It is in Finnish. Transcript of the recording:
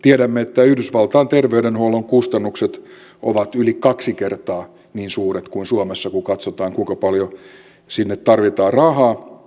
tiedämme että yhdysvaltain terveydenhuollon kustannukset ovat yli kaksi kertaa niin suuret kuin suomessa kun katsotaan kuinka paljon sinne tarvitaan rahaa